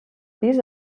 pis